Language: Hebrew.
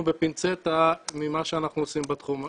בפינצטה ממה שאנחנו עושים בתחום הזה.